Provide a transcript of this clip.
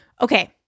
Okay